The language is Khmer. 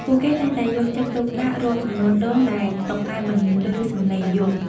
ពួកគេតែងតែយកចិត្តទុកដាក់រាប់ចំនួនដងដែលតុកែបន្លឺសំឡេងយំ។